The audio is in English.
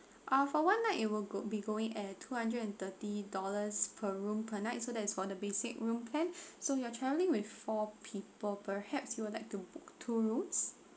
uh for one night it will go be going at two hundred and thirty dollars per room per night so that is for the basic room plan so you are traveling with four people perhaps you would like to book two rooms